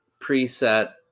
preset